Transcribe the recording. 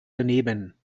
daneben